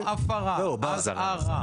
לא הפרה, אזהרה.